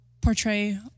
portray